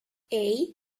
hey